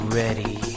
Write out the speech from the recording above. ready